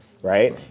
Right